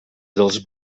dels